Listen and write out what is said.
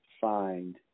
find